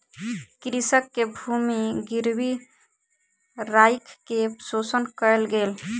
कृषक के भूमि गिरवी राइख के शोषण कयल गेल